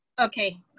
Okay